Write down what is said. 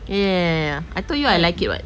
ya ya ya ya ya I told you I liked it what